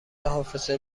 حافظه